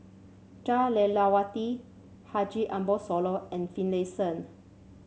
Jah Lelawati Haji Ambo Sooloh and Finlayson